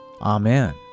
Amen